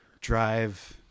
Drive